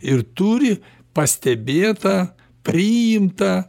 ir turi pastebėtą priimtą